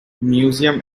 museum